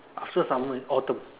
after summer is autumn